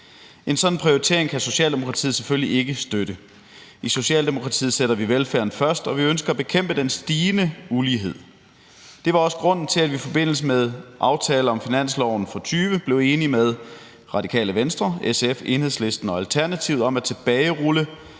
En sådan prioritering kan Socialdemokratiet selvfølgelig ikke støtte. I Socialdemokratiet sætter vi velfærden først, og vi ønsker at bekæmpe den stigende ulighed. Det var også grunden til, at vi i forbindelse med »Aftaler om finansloven for 2020« blev enige med Radikale Venstre, SF, Enhedslisten og Alternativet om at tilbagerulle